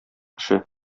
эше